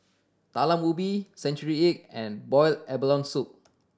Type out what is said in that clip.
Talam Ubi century egg and boiled abalone soup